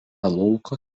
lauko